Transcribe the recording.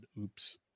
Oops